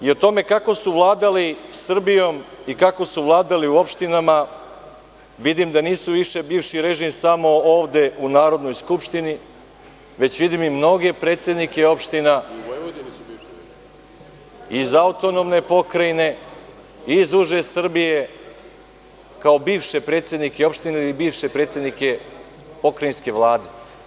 O tome kako su vladali Srbijom i kako su vladali u opštinama, vidim da nisu više bivši režim samo ovde, u Narodnoj skupštini, već vidim i mnoge predsednike opština iz AP, iz uže Srbije kao bivše predsednike opštine ili bivše predsednike pokrajinske vlade.